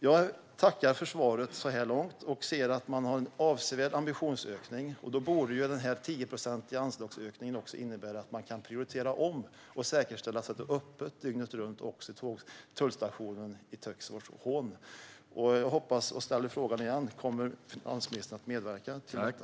Jag tackar för svaret så här långt. Jag ser att det finns en avsevärd ambitionsökning. Då borde den tioprocentiga anslagsökningen också innebära att man kan prioritera om och säkerställa att det är öppet dygnet runt, också vid tullstationen i Töcksfors, Hån. Jag ställer frågan igen. Kommer finansministern att medverka till detta?